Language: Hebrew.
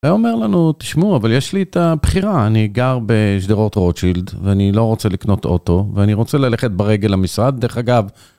הוא אומר לנו תשמעו, אבל יש לי את הבחירה. אני גר בשדרות רוטשילד, ואני לא רוצה לקנות אוטו, ואני רוצה ללכת ברגל למשרד, דרך אגב...